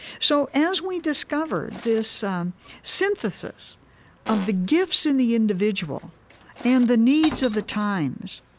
so as we discovered this um synthesis of the gifts in the individual and the needs of the times,